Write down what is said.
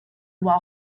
while